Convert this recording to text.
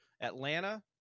Atlanta